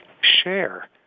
share